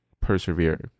persevere